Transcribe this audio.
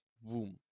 boom